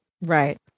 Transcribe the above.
Right